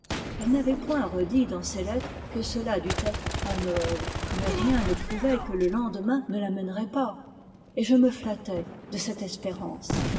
elle n'avait point redit dans ses lettres que cela dût être à noël mais rien ne prouvait que le lendemain ne l'amènerait pas et je me flattais de cette espérance